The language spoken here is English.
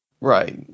Right